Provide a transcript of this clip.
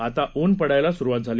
आता ऊन पडायला सुरुवात झाली